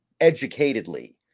educatedly